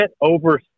over